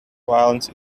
violence